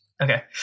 Okay